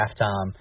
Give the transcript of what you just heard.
halftime